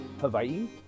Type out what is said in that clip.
Hawaii